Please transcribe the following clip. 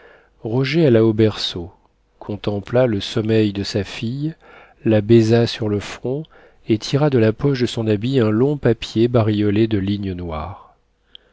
roger alla au berceau contempla le sommeil de sa fille la baisa sur le front et tira de la poche de son habit un long papier bariolé de lignes noires